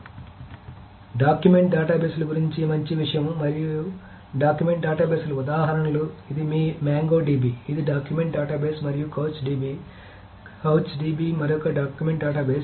కాబట్టి డాక్యుమెంట్ డేటాబేస్ల గురించి మంచి విషయం మరియు డాక్యుమెంట్ డేటాబేస్ల ఉదాహరణలు ఇది మీ మొంగో డిబి ఇది డాక్యుమెంట్ డేటాబేస్ మరియు కౌచ్ డిబి కౌచ్ డిబి మరొక డాక్యుమెంట్ డేటాబేస్